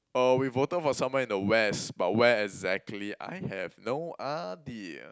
oh we voted for somewhere in the West but where exactly I have no idea